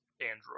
android